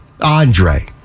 Andre